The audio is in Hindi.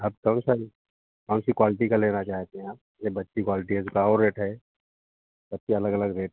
आप कौन सा कौन सी क्वालिटी का लेना चाहते हैं आप ये बच्ची क्वालिटी है इसका और एक है सबके अलग अलग रेट हैं